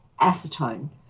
acetone